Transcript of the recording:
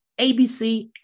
ABC